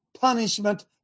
punishment